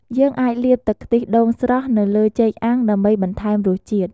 យើងអាចលាបទឹកខ្ទិះដូងស្រស់ទៅលើចេកអាំងដើម្បីបន្ថែមរសជាតិ។